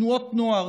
תנועות נוער,